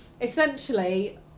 essentially